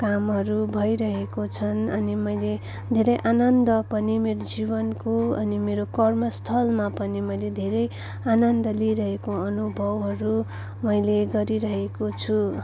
कामहरू भइरहेको छन् अनि मैले धेरै आनन्द पनि मेरो जीवनको अनि मेरो कर्मस्थलमा पनि मैले धेरै आनन्द लिइरहेको अनुभवहरू मैले गरिरहेको छु